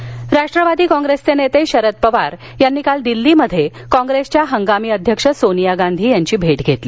शरद पवार राष्ट्रवादी कॉंग्रेसचे नेते शरद पवार यांनी काल दिल्लीत कॉंग्रेसच्या हंगामी अध्यक्ष सोनीया गांधी यांची भेट घेतली